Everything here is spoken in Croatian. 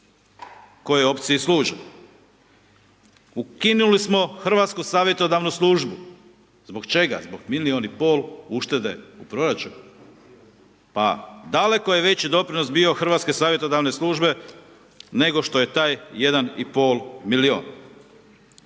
kojoj opciji služe. Ukinuli smo Hrvatski savjetodavnu službu, zbog čega? Zbog milijun i pol uštede u proračunu? Pa daleko je veći doprinos bio Hrvatske savjetodavne službe nego što je taj 1,5 milijun.